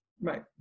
Right